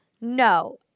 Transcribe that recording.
No